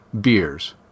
beers